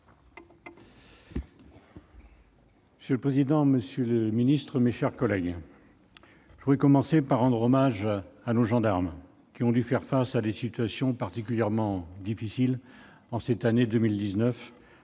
Monsieur le président, monsieur le ministre, mes chers collègues, je voudrais commencer par rendre hommage à nos gendarmes, qui ont dû faire face à des situations particulièrement difficiles en 2019,